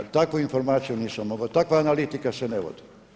Takvu informaciju nisam mogao, takva analitika se ne vodi.